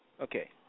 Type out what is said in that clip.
okay